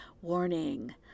Warning